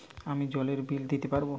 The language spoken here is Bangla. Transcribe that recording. আমি জলের বিল দিতে পারবো?